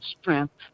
strength